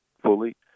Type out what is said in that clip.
fully